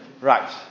Right